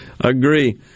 Agree